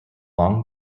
long